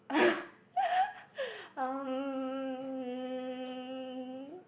um